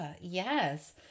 yes